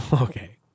Okay